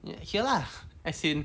ya hear lah as in